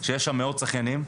שיש שם מאות שחיינים,